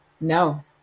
No